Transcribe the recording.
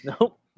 Nope